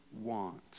want